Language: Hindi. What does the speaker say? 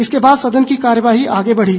इसके बाद सदन की कार्यवाही आगे बढ़ी